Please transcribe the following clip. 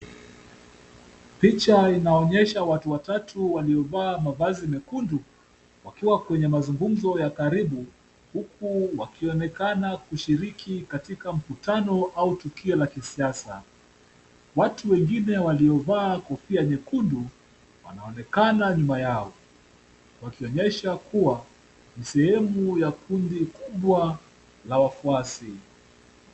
Picha inaonyesha watu watatu waliovaa mavazi mekundu wakiwa kwenye mazungumzo ya karibu huku wakionekana kushiriki katika mkutano au tukio la kisiasa. Watu wengine waliovaa kofia nyekundu wanaonekana nyuma yao wakionyesha kuwa ni sehemu ya kundi kubwa la wafuasi.